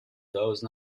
those